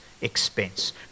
expense